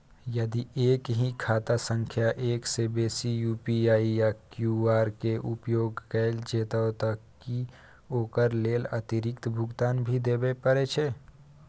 यदि एक ही खाता सं एक से बेसी यु.पी.आई या क्यू.आर के उपयोग कैल जेतै त की ओकर लेल अतिरिक्त भुगतान भी देबै परै छै?